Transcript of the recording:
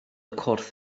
corff